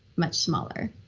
much smaller